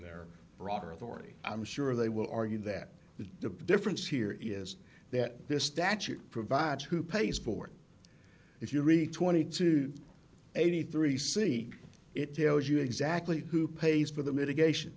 their broader authority i'm sure they will argue that the difference here is that this statute provides who pays for it if you read twenty two eighty three see it tells you exactly who pays for the mitigation